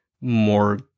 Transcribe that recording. more